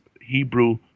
Hebrew